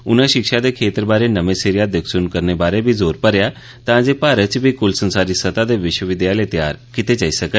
उनें शिक्षा दे खेत्तर बारै नमें सिरेंआ दिक्ख सुन्न करने बारै बी जोर भरेआ तां जे भारत च बी कुल संसरी स्तह दे विश्वविद्यालय तैयार कीते जाई सकन